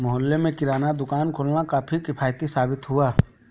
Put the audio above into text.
मोहल्ले में किराना दुकान खोलना काफी किफ़ायती साबित हुआ